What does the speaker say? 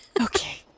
Okay